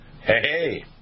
hey